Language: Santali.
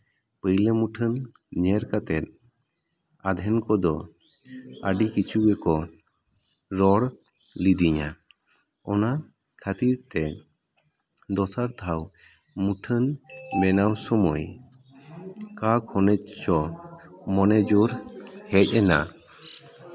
ᱯᱳᱭᱞᱳ ᱢᱩᱴᱷᱟᱹᱱ ᱧᱮᱞ ᱠᱟᱛᱮᱫ ᱟᱫᱷᱮᱱ ᱠᱚᱫᱚ ᱟᱹᱰᱤ ᱠᱤᱪᱷᱩ ᱜᱮᱠᱚ ᱨᱚᱲ ᱞᱚᱫᱤᱧᱟ ᱚᱱᱟ ᱠᱷᱟᱹᱛᱤᱨ ᱛᱮ ᱫᱚᱥᱟᱨ ᱫᱷᱟᱣ ᱢᱩᱴᱷᱟᱹᱱ ᱵᱮᱱᱟᱣ ᱥᱚᱢᱚᱭ ᱚᱠᱟ ᱠᱷᱚᱱᱮ ᱪᱚ ᱢᱚᱱᱮᱡᱳᱨ ᱦᱮᱡ ᱮᱱᱟ